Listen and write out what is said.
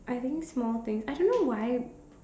I think small things I don't know why